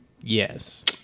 Yes